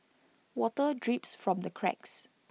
water drips from the cracks